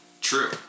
True